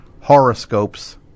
horoscopes